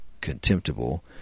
contemptible